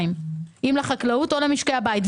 אם לחקלאות או למשקי הבית.